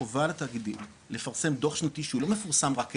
חובה על התאגידים לפרסם דוח שנתי שהוא לא מפורסם רק אלינו,